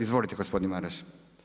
Izvolite gospodine Maras.